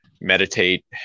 meditate